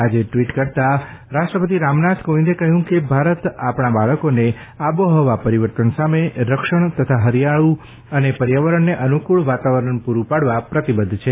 આજે ટ્વીટ કરતા રાષ્ટ્રપતિ રામનાથ કોવિંદે કહ્યું કે ભારત આપણા બાળકોને આબોહવા પરીવર્તન સામે રક્ષણ તથા ે હરિયાળુ અને પર્યાવરણને અનુકૂળ વાતાવરણ પુરું પાડવા પ્રતિબદ્ધ છે